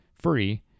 free